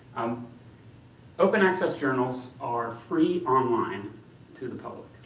um open access journals are free online to the public.